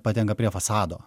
patenka prie fasado